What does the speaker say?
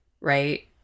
Right